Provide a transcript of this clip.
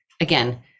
again